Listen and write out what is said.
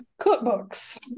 cookbooks